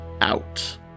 out